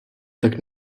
tak